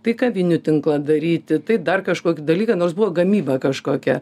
tai kavinių tinklą daryti tai dar kažkokį dalyką nors buvo gamyba kažkokia